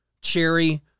cherry